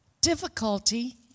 difficulty